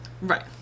Right